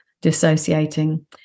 dissociating